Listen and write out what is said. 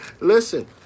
Listen